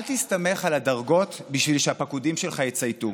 אל תסתמך על הדרגות בשביל שהפקודים שלך יצייתו.